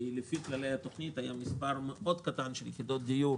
לפי כללי התוכנית היה מספר קטן מאוד של יחידות דיור